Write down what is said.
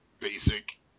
basic